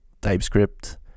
TypeScript